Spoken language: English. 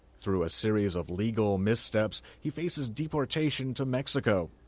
through a series of legal missteps, he faces deportation to mexico.